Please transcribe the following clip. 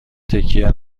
تکیه